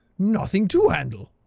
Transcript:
nothing to handle.